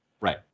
Right